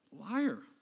Liar